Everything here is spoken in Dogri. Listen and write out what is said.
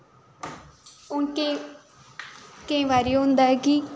हून केह् केईं बारी होंदा ऐ कि